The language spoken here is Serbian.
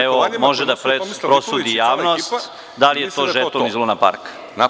Evo može da prosudi i javnost da li je to žeton iz luna parka.